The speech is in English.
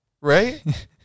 Right